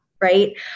Right